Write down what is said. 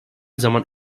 zaman